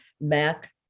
Mac